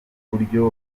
uburyo